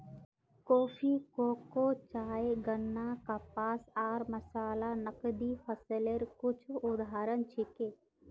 coffee, cocoa, चाय, गन्ना, कपास आर मसाला नकदी फसलेर कुछू उदाहरण छिके